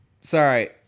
Sorry